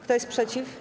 Kto jest przeciw?